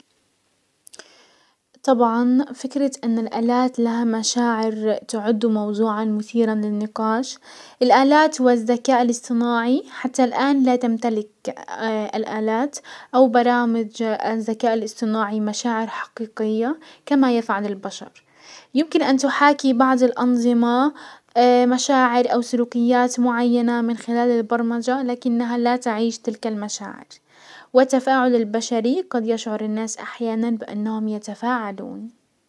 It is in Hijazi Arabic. طبعا فكرة ان الالات لها مشاعر تعد موضوعا مثيرا للنقاش. الالات والزكاء الاصطناعي حتى الان لا تمتلك الالات او برامج الذكاء الاصطناعي مشاعر حقيقية كما يفعل البشر. يمكن ان تحاكي بعض الانظمة مشاعر او سلوكيات معينة من خلال البرمجة لكنها لا تعيش تلك المشاعر وتفاعل البشري قد يشعر الناس احيانا بانهم يتفاعلون.